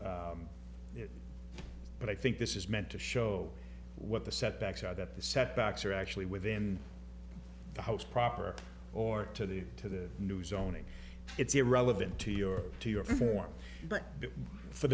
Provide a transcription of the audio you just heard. t but i think this is meant to show what the setbacks are that the setbacks are actually within the house proper or to the to the new zoning it's irrelevant to your to your for